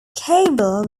cable